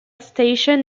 stations